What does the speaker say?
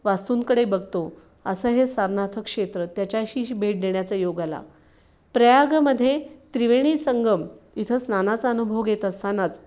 वास्तूंकडे बघतो असं हे सारनाथचं क्षेत्र त्याच्याशी भेट देण्याचा योग आला प्रयागमध्ये त्रिवेणी संगम इथं स्नानाचा अनुभव घेत असतानाच